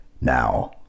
Now